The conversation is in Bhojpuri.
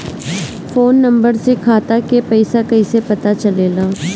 फोन नंबर से खाता के पइसा कईसे पता चलेला?